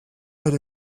per